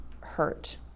hurt